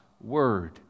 word